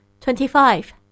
Twenty-five